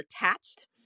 Attached